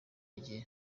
gihe